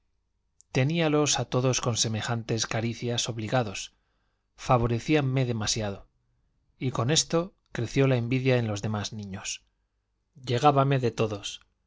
maestro teníalos a todos con semejantes caricias obligados favorecíanme demasiado y con esto creció la envidia en los demás niños llegábame de todos